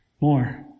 more